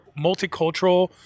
multicultural